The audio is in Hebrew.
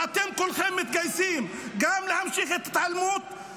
ואתם כולכם מתגייסים להמשיך את ההתעלמות,